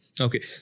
Okay